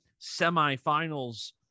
semifinals